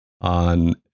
on